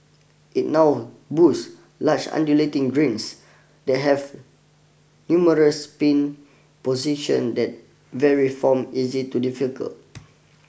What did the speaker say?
it now boost large undulating greens that have numerous pin position that vary form easy to difficult